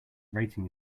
rating